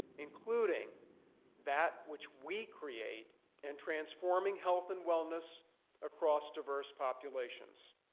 including that which we create and transforming health and wellness across diverse populations.